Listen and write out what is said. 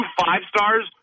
five-stars